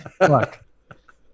Look